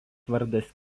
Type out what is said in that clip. vardas